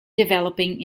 developing